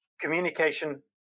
Communication